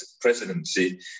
presidency